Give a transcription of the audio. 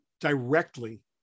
directly